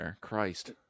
Christ